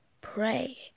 Pray